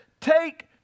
take